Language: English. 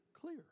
clear